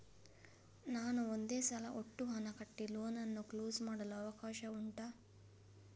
ನಾನು ಒಂದೇ ಸಲ ಒಟ್ಟು ಹಣ ಕಟ್ಟಿ ಲೋನ್ ಅನ್ನು ಕ್ಲೋಸ್ ಮಾಡಲು ಅವಕಾಶ ಉಂಟಾ